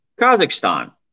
kazakhstan